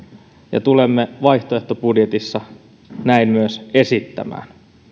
ja tulemme vaihtoehtobudjetissa näin myös esittämään